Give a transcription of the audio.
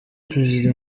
perezida